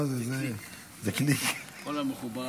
אינה מובהקת.